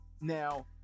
Now